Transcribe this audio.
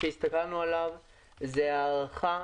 שהסתכלנו עליו הוא הערכה